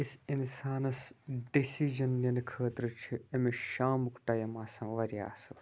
أکِس اِنسانَس ڈیسِجَن نِنہٕ خٲطرٕ چھ أمس شامُک ٹایم آسان واریاہ اصل